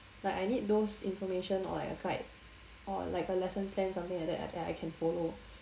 like I need those information or a guide or like a lesson plan something like that that I can follow